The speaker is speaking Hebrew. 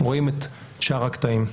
רואים את שאר הקטעים.